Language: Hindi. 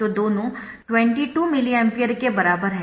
तो दोनों 22 मिली एम्पीयर के बराबर है